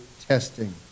testing